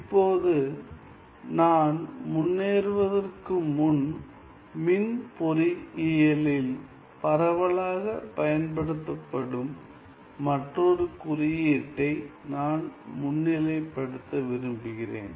இப்போது நான் முன்னேறுவதற்கு முன் மின் பொறியியலில் பரவலாகப் பயன்படுத்தப்படும் மற்றொரு குறியீட்டை நான் முன்னிலைப்படுத்த விரும்புகிறேன்